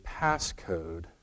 passcode